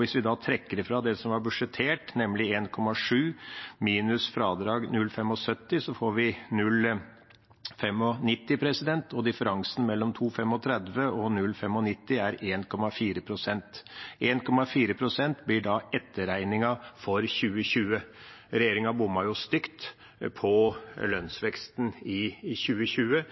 Hvis vi da trekker ifra det som var budsjettert, nemlig 1,7, minus fradrag på 0,75, får vi 0,95. Differansen mellom 2,35 pst. og 0,95 pst. er 1,4 pst. 1,4 pst blir da etterregningen for 2020. Regjeringa bommet jo stygt på lønnsveksten i 2020,